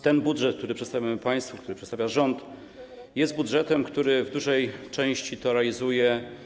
Ten budżet, który państwu przedstawiamy, który przedstawia rząd, jest budżetem, który w dużej części to realizuje.